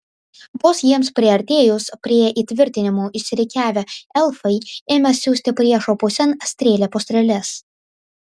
vos jiems priartėjus prie įtvirtinimų išsirikiavę elfai ėmė siųsti priešo pusėn strėlę po strėlės